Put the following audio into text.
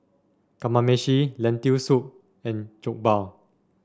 Kamameshi Lentil Soup and Jokbal